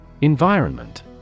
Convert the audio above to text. Environment